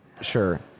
sure